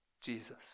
Jesus